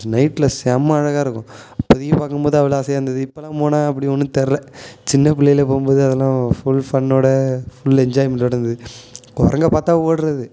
நைட்ல செம்ம அழகாக இருக்கும் அப்பதைக்கு பார்க்கும்போது அவ்வளோ ஆசையாக இருந்தது இப்பெல்லாம் போனால் அப்படி ஒன்றும் தெரில சின்ன பிள்ளையில போகும்போது அதெல்லாம் ஃபுல் ஃபன்னோட ஃபுல் என்ஜாய்மெண்டோட இருந்தது குரங்க பார்த்தா ஓடுகிறது